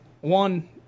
one